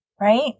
right